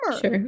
Sure